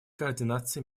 координации